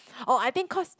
oh I think cause